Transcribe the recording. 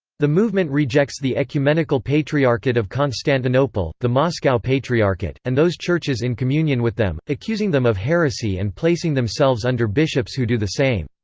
the movement rejects the ecumenical patriarchate of constantinople, the moscow patriarchate, and those churches in communion with them, accusing them of heresy and placing themselves under bishops who do the same.